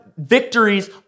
victories